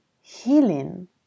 healing